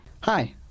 Hi